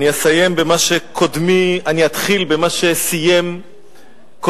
אני אתחיל במה שסיים קודמי,